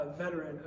veteran